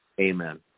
Amen